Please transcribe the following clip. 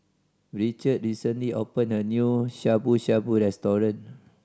Richmond recently opened a new Shabu Shabu Restaurant